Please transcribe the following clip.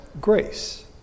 grace